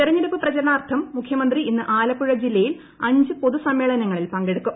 തെരഞ്ഞെടുപ്പ് പ്രചാരണാർത്ഥം മുഖ്യമന്ത്രി ഇന്ന് ആലപ്പുഴ ജില്ലയിൽ അഞ്ച് പൊതുസമ്മേളനങ്ങളിൽ പങ്കെടുക്കും